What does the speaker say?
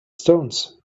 stones